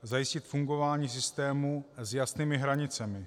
Zajistit fungování systému s jasnými hranicemi.